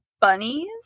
bunnies